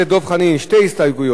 שתי הסתייגויות.